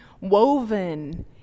woven